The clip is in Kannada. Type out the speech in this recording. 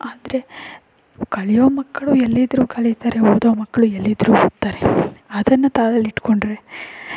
ಆದರೆ ಕಲಿಯೋ ಮಕ್ಕಳು ಎಲ್ಲಿದ್ದರೂ ಕಲೀತಾರೆ ಓದೋ ಮಕ್ಕಳು ಎಲ್ಲಿದ್ದರೂ ಓದ್ತಾರೆ ಅದನ್ನು ತಲೆಲ್ಲಿಟ್ಕೊಂಡ್ರೆ